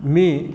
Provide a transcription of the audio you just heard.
मी